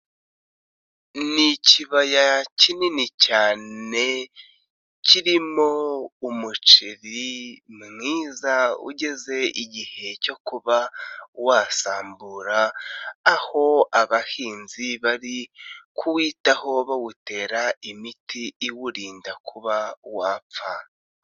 Ni ikibaya kinini cyane kirimo umuceri mwiza ugeze igihe cyo kuba wasambura, aho abahinzi bari kuwitaho bawutera imiti iwurinda kuba wapfa.